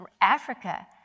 Africa